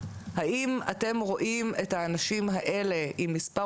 האם אתם רואים את האנשים האלה עם מספר